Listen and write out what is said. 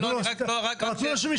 אבל תנו לו להשלים משפט.